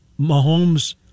Mahomes